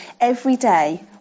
everyday